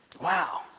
Wow